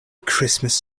christmas